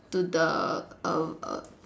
to the um err